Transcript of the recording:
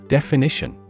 Definition